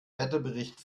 wetterbericht